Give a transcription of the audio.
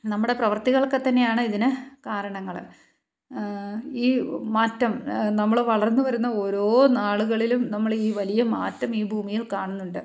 നമ്മുടെ പ്രവർത്തികളൊക്കെ തന്നെയാണ് ഇതിന് കാരണങ്ങൾ ഈ മാറ്റം നമ്മൾ വളർന്നുവരുന്ന ഓരോ നാളുകളിലും നമ്മൾ ഈ വലിയ മാറ്റം ഈ ഭൂമിയിൽ കാണുന്നുണ്ട്